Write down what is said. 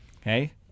Okay